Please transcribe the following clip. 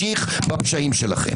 הכיבוש הזה יחוסל,